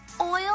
oil